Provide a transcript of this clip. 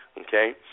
Okay